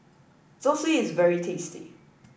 Zosui is very tasty